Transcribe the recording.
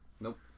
Nope